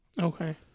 Okay